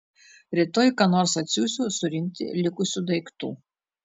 rytoj ką nors atsiųsiu surinkti likusių daiktų